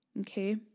Okay